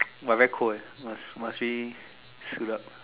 !wow! very cold eh must must really shoot up